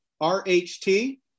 R-H-T